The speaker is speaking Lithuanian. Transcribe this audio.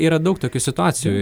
yra daug tokių situacijų